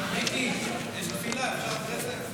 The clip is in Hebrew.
מיקי, יש תפילה, אפשר אחרי זה?